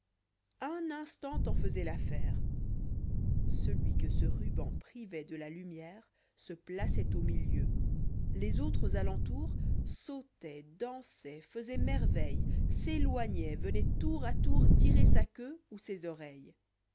un instant en faisoit l'affaire celui que ce ruban privoit de la lumière se piaçoit au milieu les autres alentour sautaient dansoient faisoieut merveilles s eloignoient venoient tour à tour tirer sa queue ou ses oreilles